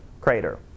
crater